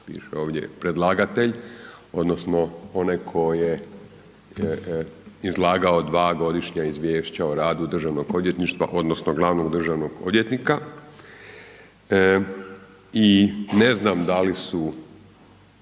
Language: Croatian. ovdje, predlagatelj odnosno onaj ko je izlagao dva godišnja izvješća o radu Državnog odvjetništva odnosno glavnog državnog odvjetnika. I ne znam da li su